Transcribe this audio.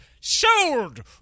Sold